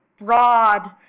broad